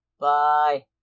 Bye